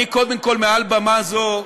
אני קודם כול, מעל במה זו,